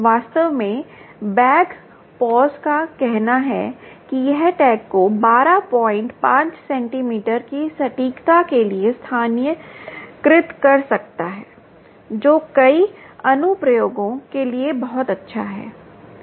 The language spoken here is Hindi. वास्तव में बैक पॉज़ का कहना है कि यह टैग को 125 सेंटीमीटर की सटीकता के लिए स्थानीयकृत कर सकता है जो कई अनुप्रयोगों के लिए बहुत अच्छा है